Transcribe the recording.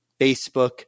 Facebook